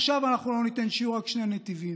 עכשיו אנחנו לא ניתן שיהיו רק שני נתיבים,